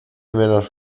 menos